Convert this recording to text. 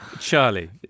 Charlie